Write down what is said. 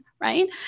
Right